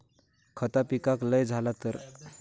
खता पिकाक लय झाला तर?